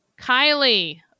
kylie